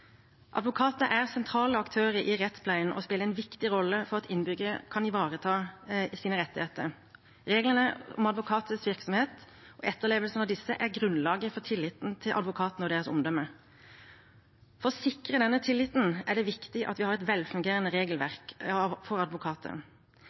er sentrale aktører i rettspleien og spiller en viktig rolle for at innbyggere kan ivareta sine rettigheter. Reglene om advokaters virksomhet og etterlevelsen av disse er grunnlaget for tilliten til advokatene og deres omdømme. For å sikre denne tilliten er det viktig at vi har et velfungerende